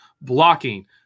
blocking